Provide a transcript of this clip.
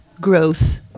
growth